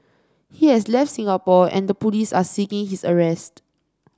he has left Singapore and the police are seeking his arrest